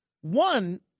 One